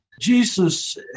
Jesus